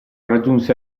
raggiunse